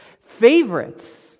favorites